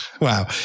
Wow